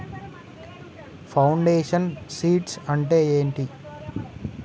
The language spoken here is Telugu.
ఫౌండేషన్ సీడ్స్ అంటే ఏంటి?